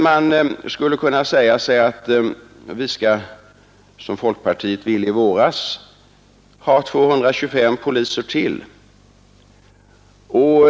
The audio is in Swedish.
Man skulle kunna säga — som folkpartiet gjorde i våras — att vi skall ha 225 poliser ytterligare.